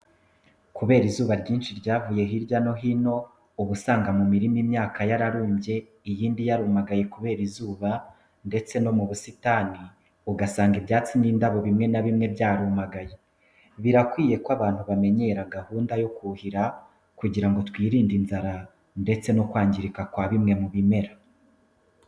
Kubera izuba ryinshi ryavuye hirya no hino, uba usanga mu mirima imyaka yararumbye iyindi yarumagaye kubera izuba ndetse no mu busitani ugasanga ibyatsi n'indabo bimwe na bimwe byarumagaye. Birakwiye ko abantu bamenyera gahunda yo kuhira kugira ngo twirinde inzara ndetse no kwangira kwa bimwe mu bimera.